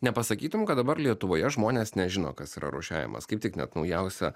nepasakytum kad dabar lietuvoje žmonės nežino kas yra rūšiavimas kaip tik net naujausia